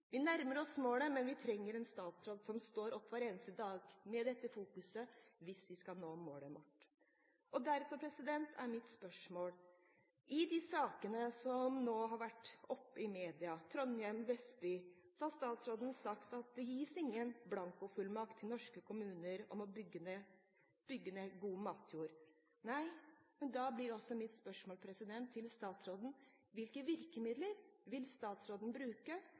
Vi nærmer oss målet, men vi trenger en statsråd som står opp hver eneste dag med dette fokuset, hvis vi skal nå målet vårt. Derfor er mitt spørsmål: I de sakene som nå har vært oppe i media – Trondheim og Vestby – har statsråden sagt at det gis ingen blankofullmakt til norske kommuner om å bygge ned god matjord. Da blir mitt spørsmål til statsråden: Hvilke virkemidler vil statsråden bruke